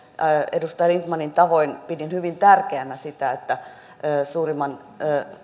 edustaja lindtmanin tavoin pidin hyvin tärkeänä sitä että suurimman